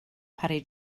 parry